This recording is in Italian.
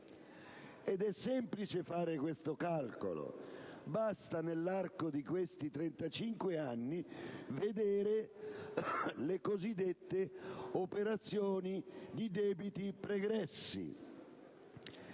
Ed è semplice fare questo calcolo: basta vedere, nell'arco di questi 35 anni, le cosiddette operazioni di debiti pregressi.